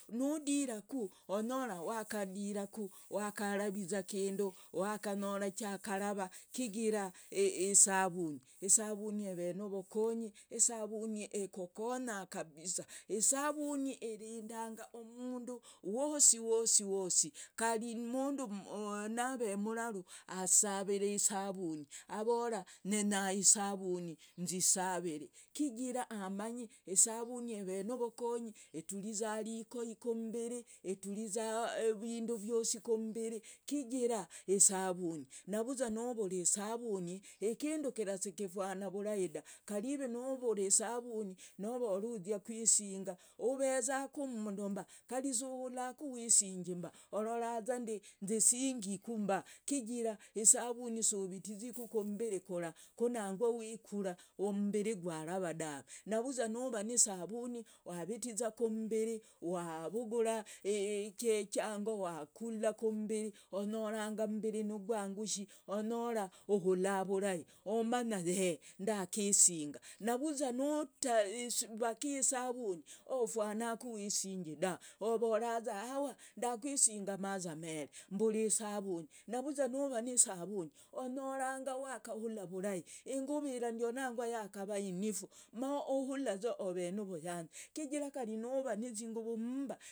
Nudiraku onyora wakaraviza kindu wakonyora chakarava chigira isavuni isavuni ev novokonyi isavuni ekokonyabisa isavuni irindanga umundu wasiwasi kari umundu nave muraru aivavira isavuni avora nyenya isavuni nzisaviri kijira amanyi isavuni evenovokonyi ituriza vikoi kummbiri, ituriza vinduvyosi kummbiri kijira isavuni, nuvuza nuvura isavuni novora uzya kwisinga ovezaku mndumba kari suhulaku wisingi mba ororazandi nzisingikumba kijira isavuni simbitiziku kummbiri kura kunangwa wikura ummbiri gwarara dave nuvuza nuva nisavuni wavitiza kummbiri wavugura idiango wakula kummbiri onyora ummbiri ningwaguhi onyora uhula vurahi umanya y ndakisinga navuza nutavaka isavuni oh ufwanaku wisingi dave ovoraza awa ndakwisinga amazamere mburaisavuni navuza nuva nisavuni onyoranga wakahula vurahi inguvirandionangwa yavaa inifu mauhula za ovenuvuyanzi kijira kari nuvanizinguvu mmba mmba.